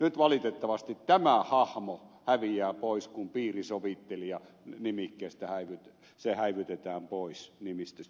nyt valitettavasti tämä hahmo häviää pois kun piirisovittelija häivytetään pois nimikkeistöstä